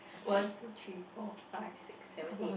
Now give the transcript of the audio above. one two three four five six seven eight